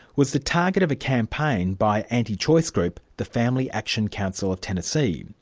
was the target of a campaign by anti-choice group the family action council of tennessee.